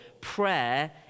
prayer